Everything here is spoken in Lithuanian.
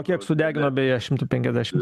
o kiek sudegino beje šimtu penkiasdešimt